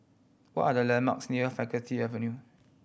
what are the landmarks near Faculty Avenue